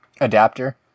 adapter